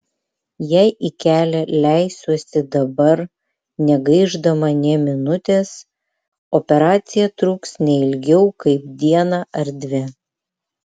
jei į kelią leisiuosi dabar negaišdama nė minutės operacija truks ne ilgiau kaip dieną ar dvi